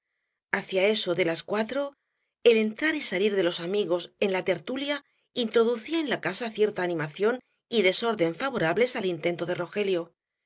hacia eso de las cuatro el entrar y salir de los amigos en la tertulia introducía en la casa cierta animación y desorden favorables al intento de rogelio